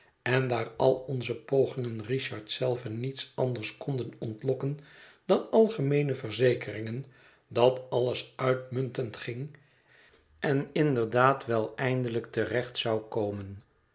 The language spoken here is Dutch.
en daar al onze pogingen richard zelven niets anders konden ontlokken dan algemeene verzekeringen dat alles uitmuntend ging en inderdaad wel eindelijk te recht zou komen